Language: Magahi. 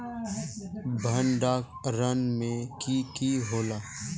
भण्डारण में की की होला?